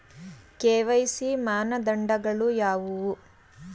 KYC ಮಾನದಂಡಗಳು ಯಾವುವು?